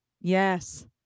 Yes